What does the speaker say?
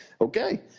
okay